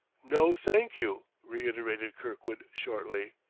no, thank you, reiterated kirkwood shortly,